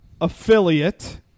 affiliate